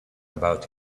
about